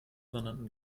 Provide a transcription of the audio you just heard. sondern